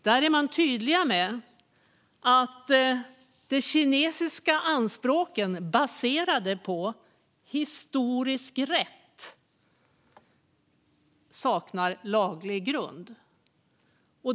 Där är man tydlig med att de kinesiska anspråken, som är baserade på så kallad historisk rätt, saknar laglig grund.